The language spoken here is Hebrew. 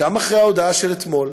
גם אחרי ההודעה של אתמול,